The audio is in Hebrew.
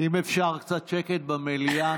אם אפשר קצת שקט במליאה.